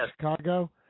Chicago